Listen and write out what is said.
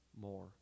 more